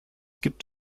gibt